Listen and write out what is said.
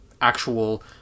actual